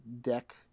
deck